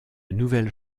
nouvelle